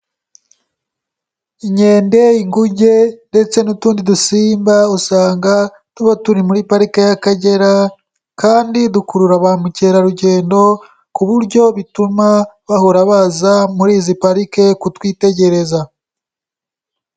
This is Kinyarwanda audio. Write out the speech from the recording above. Inkende, inguge ndetse n'utundi dusimba usanga tuba turi muri pariki y'Akagera kandi dukurura ba mukerarugendo ku buryo bituma bahora baza muri izi parike kutwitegereza.